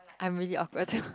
I'm really awkward too